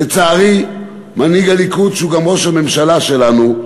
לצערי, מנהיג הליכוד, שהוא גם ראש הממשלה שלנו,